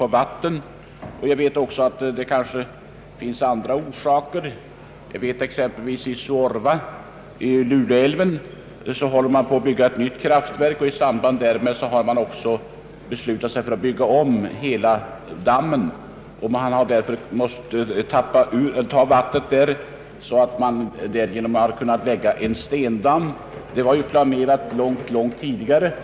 Det kan också nämnas andra orsaker. I Suorva vid Luleälven bygger man ett nytt kraftverk, och i samband därmed har man beslutat sig för att bygga om hela dammen. Man har därför måst tappa ur vattnet så att man kunnat lägga en stendamm. Detta var planerat långt tidigare.